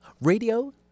radio